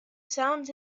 sounds